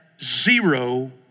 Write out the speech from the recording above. zero